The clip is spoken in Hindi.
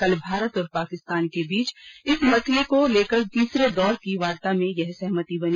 कल भारत और पाकिस्तान के बीच इस मसर्ल को लेकर हई तीसरे दौर की वार्ता में यह सहमति बनी